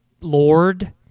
lord